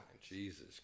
Jesus